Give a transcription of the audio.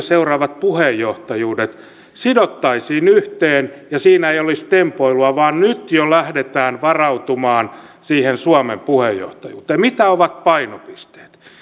seuraavat puheenjohtajuudet sidottaisiin yhteen ja siinä ei olisi tempoilua vaan nyt jo lähdetään varautumaan siihen suomen puheenjohtajuuteen mitä ovat painopisteet